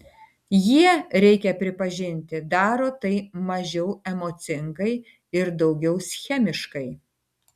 jie reikia pripažinti daro tai mažiau emocingai ir daugiau schemiškai